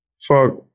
Fuck